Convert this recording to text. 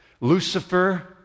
Lucifer